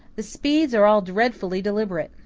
the speeds are all dreadfully deliberate.